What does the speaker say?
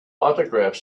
autograph